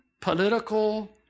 political